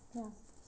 ya